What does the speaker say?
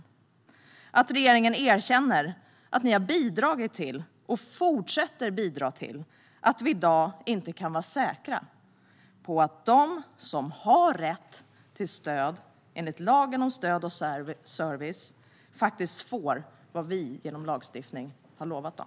Jag hoppas att regeringen erkänner att man har bidragit till, och fortsätter att bidra till, att vi i dag inte kan vara säkra på att de som har rätt till stöd enligt lagen om stöd och service faktiskt får vad vi genom lagstiftning har lovat dem.